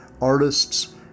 artists